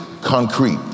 concrete